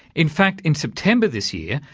in fact in september this year,